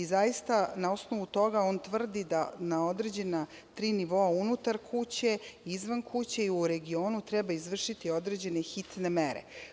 Zaista na osnovu toga on tvrdi da na određena tri nivoa unutar kuće izvan kuće i u regionu treba izvršiti određene hitne mere.